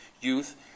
youth